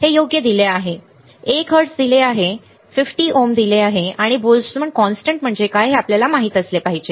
हे योग्य दिले आहे 1 हर्ट्झ दिले आहे 50 ओम दिले आहे बोल्टझमॅन कॉन्स्टंट म्हणजे काय हे आपल्याला माहित असले पाहिजे